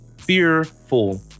fearful